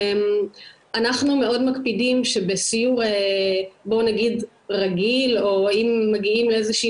אנחנו מאוד מקפידים שבסיור רגיל או אם מגיעים לאיזושהי